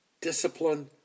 discipline